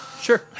Sure